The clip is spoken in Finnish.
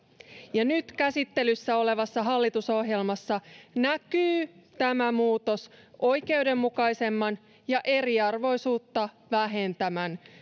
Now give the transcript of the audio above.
ja nyt käsittelyssä olevassa hallitusohjelmassa näkyy tämä muutos oikeudenmukaisemman ja eriarvoisuutta